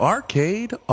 Arcade